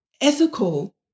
ethical